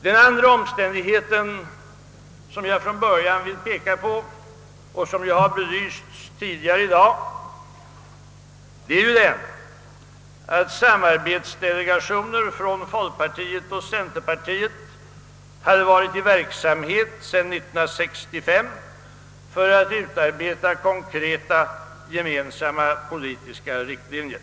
Den andra omständigheten, som jag från början vill peka på och som har belysts tidigare i dag, är den att samarbetsdelegationer från folkpartiet och centerpartiet hade varit i verksamhet sedan 1965 för att utarbeta konkreta gemensamma politiska riktlinjer.